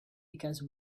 because